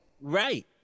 Right